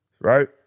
right